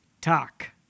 talk